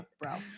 bro